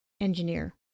engineer